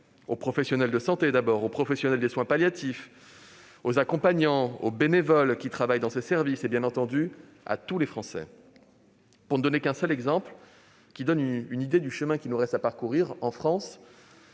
aux professionnels de santé, aux professionnels des soins palliatifs, aux accompagnants et aux bénévoles qui travaillent dans ces services et, bien entendu, à tous les Français. Pour ne donner qu'un exemple, qui donne une idée du chemin à parcourir, je